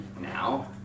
now